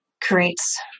creates